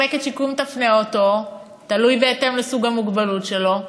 מחלקת שיקום תפנה אותו, בהתאם לסוג המוגבלות שלו,